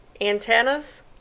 antennas